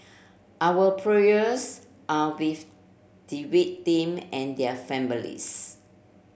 our prayers are with the victim and their families